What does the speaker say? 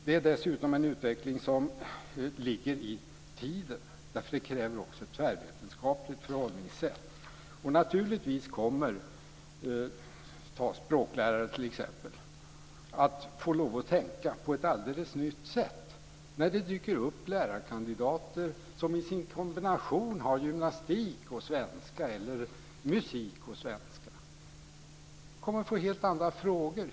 Det är dessutom en utveckling som ligger i tiden. Därför krävs det också ett tvärvetenskapligt förhållningssätt. Språklärare, t.ex., måste lära sig tänka på ett nytt sätt när det dyker upp lärarkandidater som i sin kombination har gymnastik och svenska eller musik och svenska. Det kommer att ställas helt andra frågor.